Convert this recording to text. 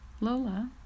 Lola